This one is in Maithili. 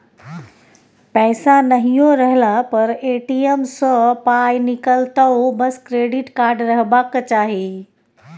पैसा नहियो रहला पर ए.टी.एम सँ पाय निकलतौ बस क्रेडिट कार्ड रहबाक चाही